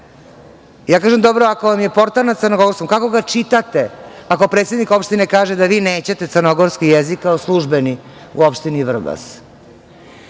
Ja kažem – dobro, ako vam je portal na crnogorskom, kako ga čitate ako predsednik opštine kaže da vi nećete crnogorski jezik kao službeni u opštini Vrbas?